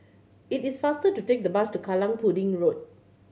it is faster to take the bus to Kallang Pudding Road